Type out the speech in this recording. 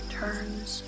turns